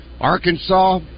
Arkansas